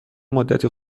مدتی